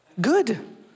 Good